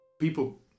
people